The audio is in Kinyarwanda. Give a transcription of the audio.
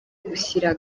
gushyira